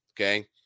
okay